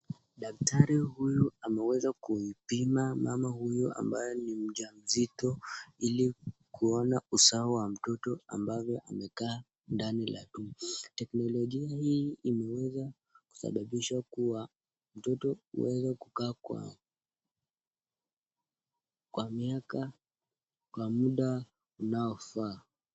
Daktari huyu ameweza kumpima mama huyu ambaye ni mjamzito ili kuona usawa wa mtoto ambaye amekaa ndani ya tumbo. Teknolojia hii imeweza kusababisha kuwa mtoto anaweza kukaa kwa muda unaofaa.